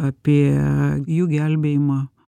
apie jų gelbėjimą